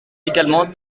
également